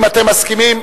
אם אתם מסכימים,